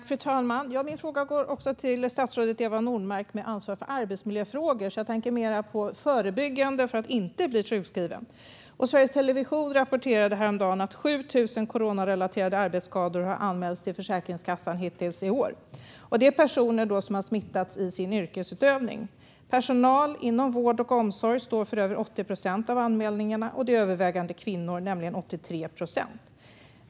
Fru talman! Min fråga går till statsrådet Eva Nordmark, med ansvar för arbetsmiljöfrågor. Jag tänker mer på det förebyggande för att man inte ska bli sjukskriven. Sveriges Television rapporterade häromdagen att 7 000 coronarelaterade arbetsskador har anmälts till Försäkringskassan hittills i år. Det är personer som har smittats i sin yrkesutövning. Personal inom vård och omsorg står för över 80 procent av anmälningarna, och det är övervägande kvinnor, nämligen 83 procent.